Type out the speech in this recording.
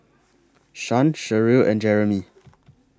Shan Sherrill and Jeremie